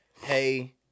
hey